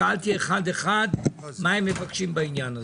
שאלתי אחד-אחד מה הם מבקשים בעניין הזה.